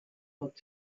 hat